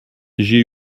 j’ai